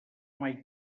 mai